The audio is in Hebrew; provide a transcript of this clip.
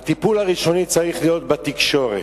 הטיפול הראשוני צריך להיות בתקשורת.